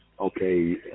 okay